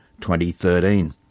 2013